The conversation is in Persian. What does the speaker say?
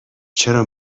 چرا